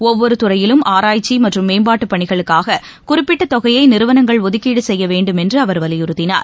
ஒவ்வொரு துறையிலும் ஆராய்ச்சி மற்றும் மேம்பாட்டு பணிகளுக்காக குறிப்பிட்ட தொகையை நிறுவனங்கள் ஒதுக்கீடு செய்ய வேண்டும் என்று அவர் வலியுறுத்தினார்